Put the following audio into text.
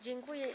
Dziękuję.